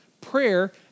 prayer